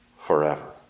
forever